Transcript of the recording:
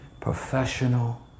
professional